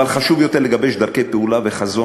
אבל חשוב יותר לגבש דרכי פעולה וחזון